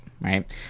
Right